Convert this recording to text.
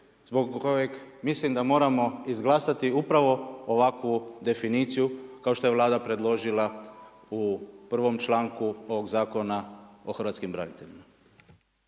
zbog kojeg mislim da moramo izglasati upravo ovakvu definiciju kao što je Vlada predložila u prvom članku ovog Zakona o hrvatskim braniteljima.